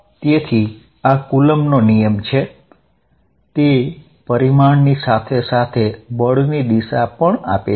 તો આ કુલમ્બનો નિયમ છે તે મેગ્નીટ્યૂડની સાથે સાથે બળની દિશા પણ આપે છે